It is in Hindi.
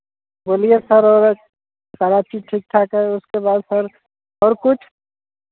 बोलिए सर सारा चीज़ ठीक ठाक है उसके बाद सर और कुछ